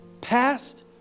past